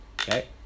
Okay